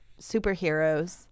superheroes